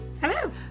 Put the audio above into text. Hello